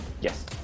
Yes